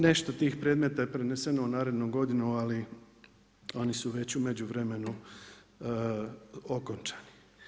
Nešto tih predmeta je preneseno u narednu godinu, ali oni su već u međuvremenu okončani.